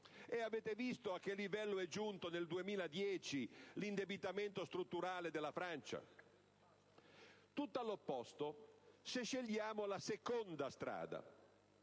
Avete visto a che livello è giunto nel 2010 l'indebitamento strutturale della Francia? Tutto l'opposto se scegliamo invece la seconda strada.